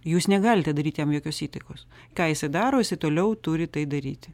jūs negalite daryt jam jokios įtakos ką jisai daro jisai toliau turi tai daryti